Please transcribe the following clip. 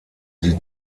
die